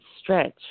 stretch